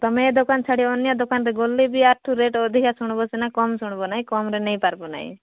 ତମେ ଏ ଦୋକାନ ଛାଡ଼ି ଅନ୍ୟ ଦୋକାନ ତ ଗଲେବି ଏହାରଠୁ ରେଟ୍ ଅଧିକା ଶୁଣିବ ସିନା କମ୍ ଶୁଣିବ ନାହିଁ କମ୍ରେ ନେଇପାରିବ ନାହିଁ